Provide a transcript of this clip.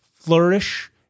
flourish